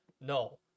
no